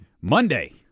Monday